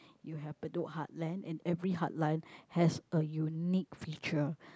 you have Bedok heartland and every heartland has a unique feature